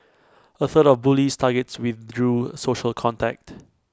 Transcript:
A third of bullies targets withdrew social contact